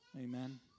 Amen